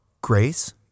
Grace